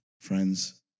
Friends